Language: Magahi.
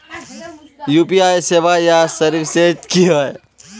यु.पी.आई सेवाएँ या सर्विसेज की होय?